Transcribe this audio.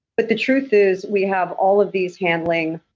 but the truth is, we have all of these handling